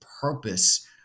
purpose